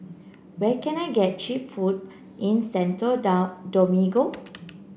where can I get cheap food in Santo Domingo